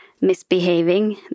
misbehaving